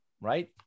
Right